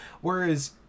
whereas